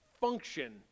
function